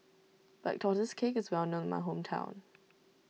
Black Tortoise Cake is well known in my hometown